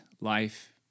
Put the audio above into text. life